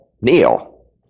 Neil